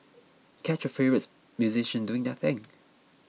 catch your favourites musicians doing their thing